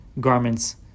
garments